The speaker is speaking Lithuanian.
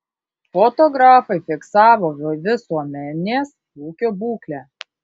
fotografai fiksavo visuomenės ūkio būklę